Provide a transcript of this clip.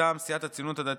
מטעם סיעת הציונות הדתית,